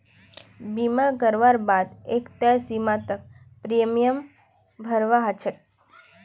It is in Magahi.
बीमा करवार बा द एक तय समय तक प्रीमियम भरवा ह छेक